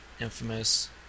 Infamous